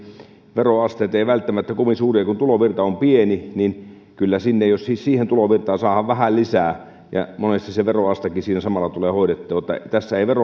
veroasteet eivät välttämättä ole kovin suuria kun tulovirta on pieni niin että on kyllä hyvä jos siihen tulovirtaan saadaan vähän lisää ja monesti se veroastekin siinä samalla tulee hoidettua tässä ei